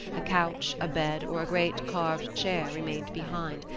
a couch, a bed, or a great carved chair remained behind,